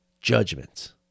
judgment